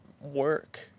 work